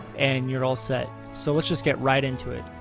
and you're all set! so let's just get right into it.